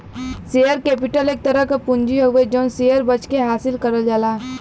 share capital एक तरह क पूंजी हउवे जौन शेयर बेचके हासिल करल जाला